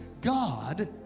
God